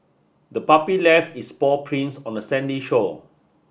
the puppy left its paw prints on the sandy shore